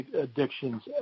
addictions